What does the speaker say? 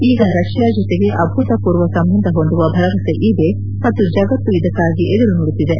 ಈಗ ರಷ್ಣಾ ಜೊತೆಗೆ ಅಭೂತಪೂರ್ವ ಸಂಬಂಧ ಹೊಂದುವ ಭರವಸೆ ಇದೆ ಮತ್ತು ಜಗತ್ತು ಇದಕ್ಕಾಗಿ ಎದುರು ನೋಡುತ್ತಿದೆ